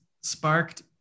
sparked